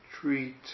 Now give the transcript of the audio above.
treat